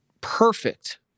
perfect